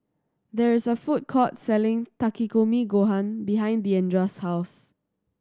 there is a food court selling Takikomi Gohan behind Diandra's house